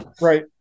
Right